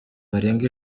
barenga